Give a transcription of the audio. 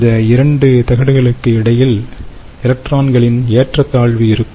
இந்த 2 தகடுகளுக்கு இடையில் எலக்ட்ரான்களின் ஏற்றத்தாழ்வு இருக்கும்